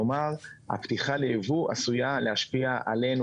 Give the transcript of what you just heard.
כלומר הפתיחה ליבוא עשויה להשפיע עלינו,